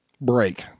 Break